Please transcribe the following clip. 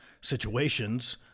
situations